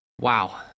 wow